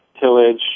tillage